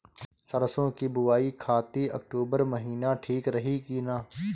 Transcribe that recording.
सरसों की बुवाई खाती अक्टूबर महीना ठीक रही की ना?